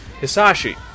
Hisashi